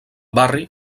barri